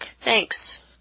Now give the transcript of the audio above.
Thanks